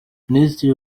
minisitiri